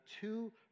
two